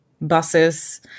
buses